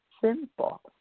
simple